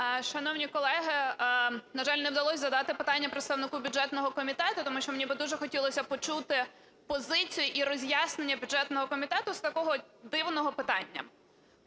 Шановні колеги! На жаль, не вдалося задати питання представнику бюджетного комітету, тому що мені би дуже хотілося б почути позицію і роз'яснення бюджетного комітету з такого дивного питання.